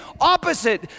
Opposite